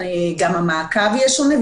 גם המעקב יהיה שונה,